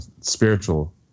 spiritual